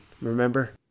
Remember